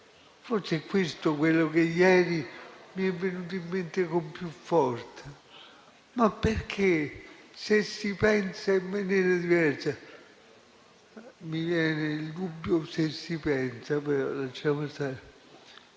Forse è questo quello che ieri mi è venuto in mente con più forza. Ma perché, se si pensa in maniera diversa - mi viene il dubbio che non si pensi affatto, ma lasciamo stare